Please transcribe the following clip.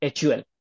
HUL